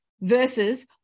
versus